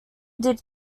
did